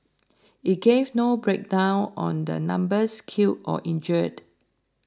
it gave no breakdown on the numbers killed or injured